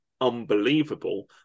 unbelievable